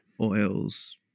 oils